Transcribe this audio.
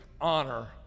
honor